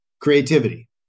creativity